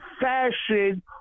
fashion